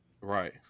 Right